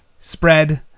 spread